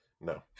No